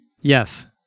Yes